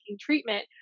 treatment